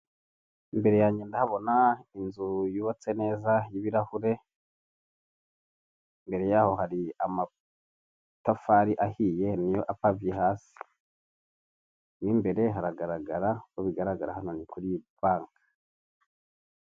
Imbere yanjye ndahabona inzu yubatse neza y'ibirahure, imbere yaho hari amatafari ahiye niyo apaviye hasi, mo imbere haragaragara uko bigaragara hano ni kuri banki.